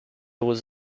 was